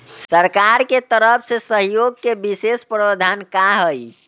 सरकार के तरफ से सहयोग के विशेष प्रावधान का हई?